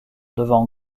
devant